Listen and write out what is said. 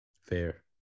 Fair